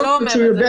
זה לא אומר את זה,